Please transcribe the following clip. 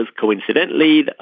coincidentally